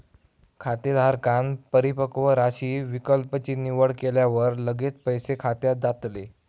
खातेधारकांन परिपक्व राशी विकल्प ची निवड केल्यावर लगेच पैसे खात्यात जातले